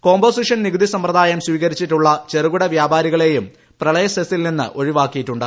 composition നികുതി സമ്പ്രദായം സ്വീകരിച്ചിട്ടുള്ള ചെറുകിട വ്യാപാരികളെയും പ്രളയ സെസിൽ നിന്ന് ഒഴിവാക്കിയിട്ടുണ്ട്